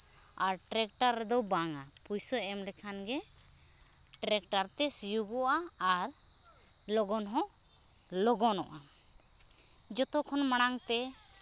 ᱟᱨ tractor ᱨᱮᱫᱚ ᱵᱟᱝᱼᱟ ᱯᱩᱭᱥᱟᱹ ᱮᱢ ᱞᱮᱠᱷᱟᱱ ᱜᱮ ᱴᱨᱮᱠᱴᱟᱨ ᱛᱮ ᱥᱤᱭᱳᱜᱚᱜᱼᱟ ᱟᱨ ᱞᱚᱜᱚᱱ ᱦᱚᱸ ᱞᱚᱜᱚᱱᱚᱜᱼᱟ ᱡᱚᱛᱚ ᱠᱷᱚᱱ ᱢᱟᱲᱟᱝᱛᱮ